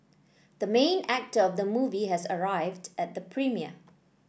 the main actor of the movie has arrived at the premiere